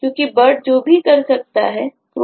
क्योंकि bird जो भी कर सकता है crow भी ऐसा कर सकता है